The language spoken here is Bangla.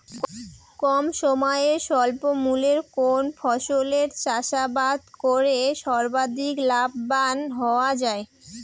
কম সময়ে স্বল্প মূল্যে কোন ফসলের চাষাবাদ করে সর্বাধিক লাভবান হওয়া য়ায়?